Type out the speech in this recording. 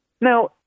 Now